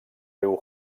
riu